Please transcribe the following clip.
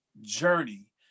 journey